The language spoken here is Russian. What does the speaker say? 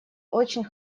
очень